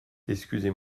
excusez